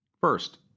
First